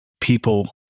people